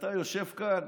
כשאתה יושב כאן